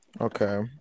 okay